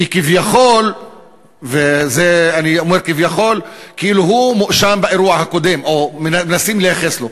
כביכול הוא מואשם באירוע הקודם או מנסים לייחס לו,